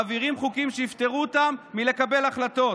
מעבירים חוקים שיפטרו אותם מלקבל החלטות.